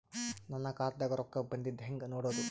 ನನ್ನ ಖಾತಾದಾಗ ರೊಕ್ಕ ಬಂದಿದ್ದ ಹೆಂಗ್ ನೋಡದು?